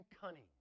cunning